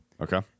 okay